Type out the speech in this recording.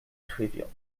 trivial